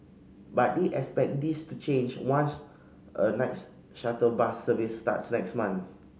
but they expect this to change once a nights shuttle bus service starts next month